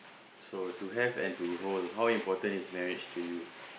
so to have and to hold how important is marriage to you